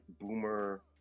boomer